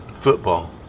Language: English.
Football